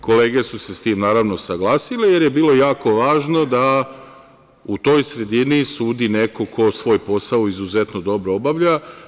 Kolege su se s tim, naravno, saglasile, jer je bilo jako važno da u toj sredini sudi neko ko svoj posao izuzetno dobro obavlja.